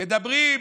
מדברים,